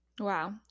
Wow